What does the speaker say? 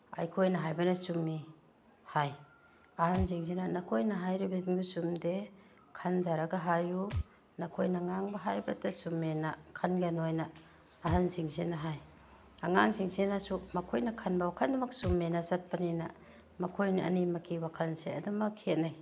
ꯑꯩꯈꯣꯏꯅ ꯍꯥꯏꯕꯅ ꯁꯨꯝꯃꯤ ꯍꯥꯏ ꯑꯍꯜꯁꯤꯡꯁꯤ ꯅꯈꯣꯏꯅ ꯍꯥꯏꯔꯤꯕꯁꯤꯡꯗꯨ ꯆꯨꯝꯗꯦ ꯈꯟꯊꯔꯒ ꯍꯥꯏꯌꯨ ꯅꯈꯣꯏꯅ ꯉꯥꯡꯕ ꯍꯥꯏꯕꯇ ꯆꯨꯝꯃꯦꯅ ꯈꯟꯒꯅꯣꯅ ꯑꯍꯜꯁꯤꯡꯁꯤꯅ ꯍꯥꯏ ꯑꯉꯥꯡꯁꯤꯡꯁꯤꯅꯁꯨ ꯃꯈꯣꯏꯅ ꯈꯟꯕ ꯋꯥꯈꯟꯗꯨꯃꯛ ꯆꯨꯝꯃꯦꯅ ꯆꯠꯄꯅꯤꯅ ꯃꯈꯣꯏ ꯑꯅꯤꯃꯛꯀꯤ ꯋꯥꯈꯜꯁꯦ ꯑꯗꯨꯃꯛ ꯈꯦꯅꯩ